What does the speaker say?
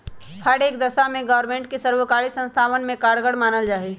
हर एक दशा में ग्रास्मेंट के सर्वकारी संस्थावन में कारगर मानल जाहई